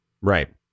Right